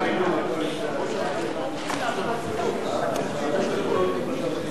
סגן שר האוצר,